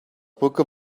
brücke